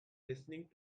listening